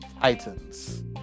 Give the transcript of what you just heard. Titans